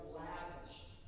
lavished